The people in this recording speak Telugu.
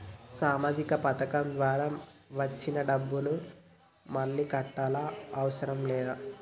సామాజిక పథకం ద్వారా వచ్చిన డబ్బును మళ్ళా కట్టాలా అవసరం లేదా?